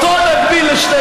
בכנסת